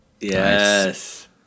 Yes